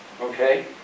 Okay